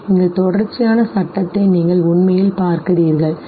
இங்கு தொடர்ச்சியான சட்டத்தை நீங்கள் உண்மையில் பார்க்கிறீர்கள் சரி